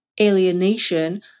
alienation